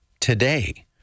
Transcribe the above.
Today